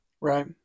Right